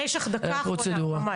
יש לך דקה אחת ממש.